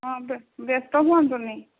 ହଁ ବ୍ୟ ବ୍ୟସ୍ତ ହୁଅନ୍ତୁନି